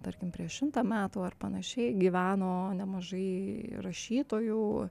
tarkim prieš šimtą metų ar panašiai gyveno nemažai rašytojų